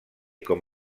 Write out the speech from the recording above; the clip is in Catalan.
com